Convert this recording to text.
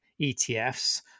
ETFs